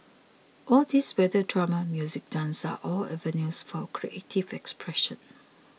all these whether drama music dance are all avenues for creative expression